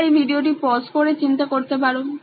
তোমরা এই ভিডিওটি পস করে চিন্তা করতে পারো